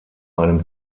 einem